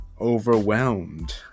Overwhelmed